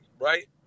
right